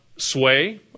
sway